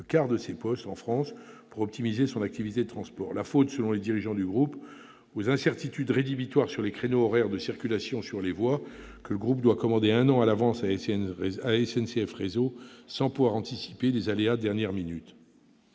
le quart de ses postes en France, pour optimiser son activité de transport. La faute, selon les dirigeants du groupe, aux incertitudes rédhibitoires sur les créneaux horaires de circulation sur les voies que le groupe doit commander un an à l'avance à SNCF Réseau, sans pouvoir anticiper des aléas de dernière minute.